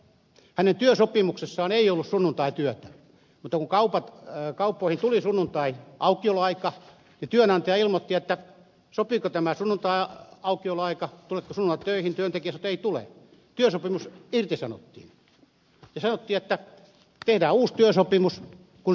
hänen työsopimuksessaan ei ollut sunnuntaityötä mutta kun kauppoihin tuli sunnuntaiaukioloaika työnantaja kysyi sopiiko tämä sunnuntaiaukioloaika tuletko sunnuntaina työhön ja kun työntekijä sanoi että ei tule niin työsopimus irtisanottiin ja sanottiin että tehdään uusi työsopimus kun suostut sunnuntaityöhön